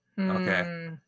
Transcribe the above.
Okay